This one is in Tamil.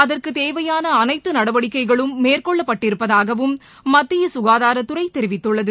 அதற்குத் தேவையாள அனைத்து நடவடிக்கைகளும் மேற்கொள்ளப்பட்டிருப்பதாகவும் மத்திய சுகாதாரத்துறை தெரிவித்துள்ளது